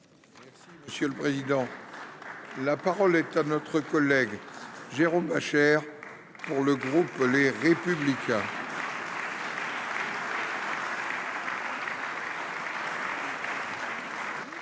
Merci. Monsieur le président. La parole est à notre collègue Jérôme Bascher. Pour le groupe Les Républicains.